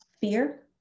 fear